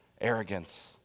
arrogance